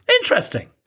Interesting